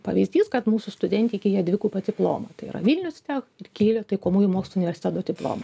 pavyzdys kad mūsų studentai įgyja dvigubą diplomą tai yra vilnius tech kylio taikomųjų mokslų universiteto diplomą